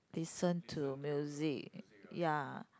listen to music ya